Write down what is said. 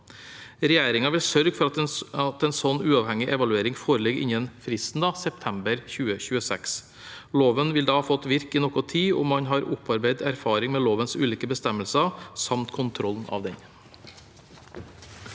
Regjeringen vil sørge for at en sånn uavhengig evaluering foreligger innen fristen, september 2026. Loven vil da ha fått virke noe tid, og man har opparbeidet erfaring med lovens ulike bestemmelser samt kontrollen av den.